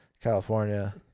california